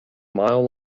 mile